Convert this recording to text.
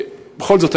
בכל זאת,